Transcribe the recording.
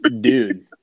Dude